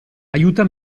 aiuta